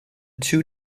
two